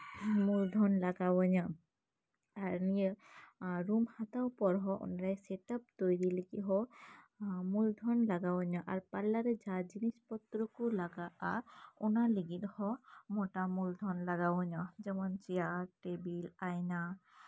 ᱢᱩᱞᱫᱷᱚᱱ ᱞᱟᱜᱟᱣ ᱤᱧᱟᱹ ᱟᱨ ᱱᱤᱭᱟᱹ ᱨᱩᱢ ᱦᱟᱛᱟᱣ ᱯᱚᱨ ᱦᱚᱲ ᱦᱚᱸ ᱚᱸᱰᱮ ᱥᱮᱴᱟᱩ ᱛᱳᱭᱨᱤ ᱞᱟᱹᱜᱤᱫ ᱦᱚᱸ ᱢᱩᱞᱫᱷᱚᱱ ᱞᱟᱜᱟᱣ ᱤᱧᱟ ᱟᱨ ᱯᱟᱨᱞᱟᱨ ᱨᱮ ᱡᱟᱦᱟᱸ ᱡᱤᱱᱤᱥ ᱯᱚᱛᱨᱚ ᱞᱟᱜᱟᱜᱼᱟ ᱚᱱᱟ ᱞᱟᱹᱜᱤᱫ ᱦᱚᱸ ᱢᱳᱴᱟ ᱢᱩᱞᱫᱷᱚᱱ ᱞᱟᱜᱟᱣ ᱤᱧᱟ ᱡᱮᱢᱚᱱ ᱪᱮᱭᱟᱨ ᱴᱮᱵᱤᱞ ᱟᱭᱱᱟ